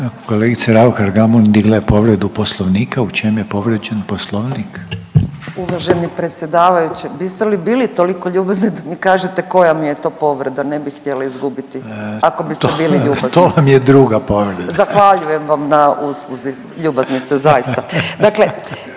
Kolegica Raukar-Gamulin digla je povredu Poslovnika. U čem je povrijeđen Poslovnik? **Raukar-Gamulin, Urša (Možemo!)** Uvaženi predsjedavajući biste li bili toliko ljubazni da mi kažete koja mi je to povreda, ne bih htjela izgubiti ako biste bili ljubazni. …/Upadica Reiner: To vam je druga povreda./… Zahvaljujem vam na usluzi, ljubazni ste zaista.